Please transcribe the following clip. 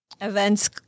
events